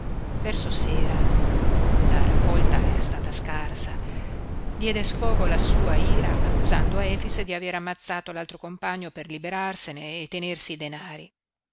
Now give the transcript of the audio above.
verso sera la raccolta era stata scarsa diede sfogo alla sua ira accusando efix di aver ammazzato l'altro compagno per liberarsene e tenersi i denari